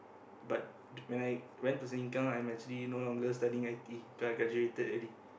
but d~ when I went to sengkang I'm actually no longer studying i_t_e cause I graduated already